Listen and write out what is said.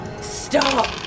Stop